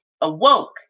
awoke